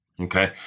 okay